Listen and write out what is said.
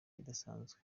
idasanzwe